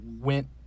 went